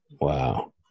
Wow